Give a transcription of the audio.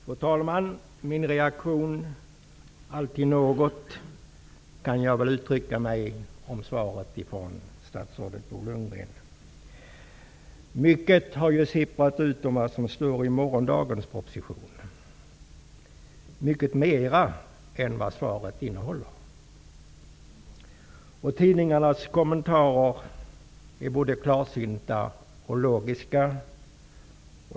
Fru talman! Min reaktion: Alltid något. Så kan jag väl uttrycka mig om svaret från statsrådet Bo Mycket har ju sipprat ut om vad som står i morgondagens proposition -- mycket mera än vad svaret innehåller. Tidningarnas kommentarer är både klarsynta och logiska.